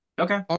Okay